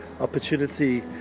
opportunity